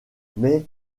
mais